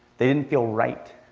they didn't feel right.